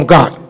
God